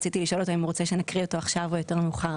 ורציתי לשאול אותו אם הוא רוצה שנקריא עכשיו או יותר מאוחר.